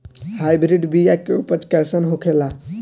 Hybrid बीया के उपज कैसन होखे ला?